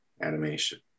animation